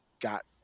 got